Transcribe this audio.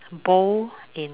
bold in